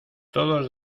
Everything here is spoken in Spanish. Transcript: todos